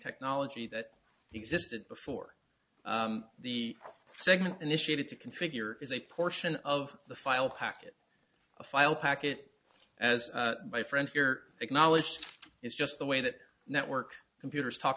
technology that existed before the segment initiated to configure is a portion of the file packet a file packet as my friend here acknowledged is just the way that network computers talk